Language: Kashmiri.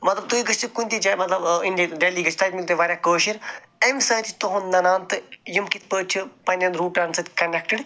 مطلب تُہۍ گٔژھِو کُنہِ تہِ جایہِ مطلب ٲں دہلی گژھِو تَتہِ میلہِ تۄہہِ واریاہ کٲشِر اَمہِ سۭتۍ چھِ تہنٛد ننان تہٕ یِم کِتھ پٲٹھۍ چھِ پَننیٚن روٗٹَن سۭتۍ کۄنیٚکٹِڈ